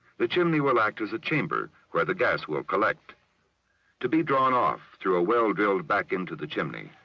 the chimney will act as a chamber were the gas will collect to be drawn off through a well drilled back into the chimney.